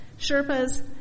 Sherpas